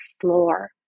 floor